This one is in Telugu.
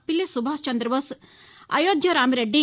పిల్లి సుభాష్ చంద్రబోస్ అయోధ్య రామిరెడ్డి